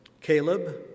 Caleb